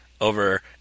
over